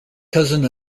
cousin